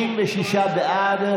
56 בעד,